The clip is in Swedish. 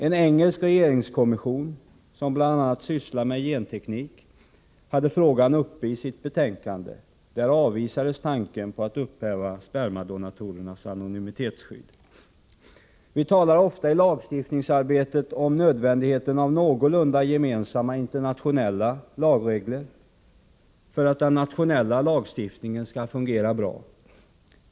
En engelsk regeringskommission som bl.a. sysslar med genteknik hade frågan uppe i sitt betänkande. Där avvisades tanken på att upphäva spermadonatorernas anonymitetsskydd. Vi talar ofta i lagstiftningsarbetet om nödvändigheten av någorlunda gemensamma internationella lagregler för att den nationella lagstiftningen skall fungera bra.